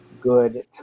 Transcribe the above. good